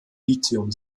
lithium